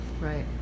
Right